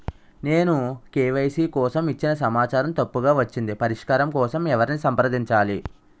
నేను కే.వై.సీ కోసం ఇచ్చిన సమాచారం తప్పుగా వచ్చింది పరిష్కారం కోసం ఎవరిని సంప్రదించాలి?